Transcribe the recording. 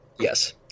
Yes